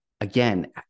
Again